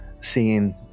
seeing